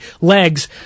legs